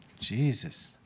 Jesus